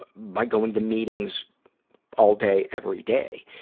but by going to meetings all day every day.